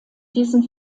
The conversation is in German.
diesen